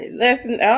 listen